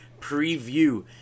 preview